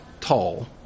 tall